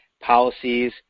policies